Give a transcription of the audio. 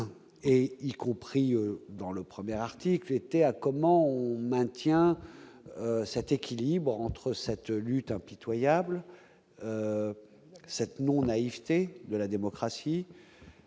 et y compris dans le 1er article était à comment ou maintien cet équilibre entre cette lutte impitoyable cette non-naïveté de la démocratie